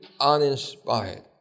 uninspired